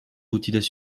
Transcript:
outils